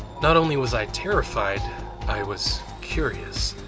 not only was i terrified i was curious.